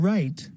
Right